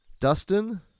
Dustin